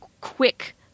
quick